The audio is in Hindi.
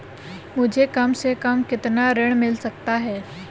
मुझे कम से कम कितना ऋण मिल सकता है?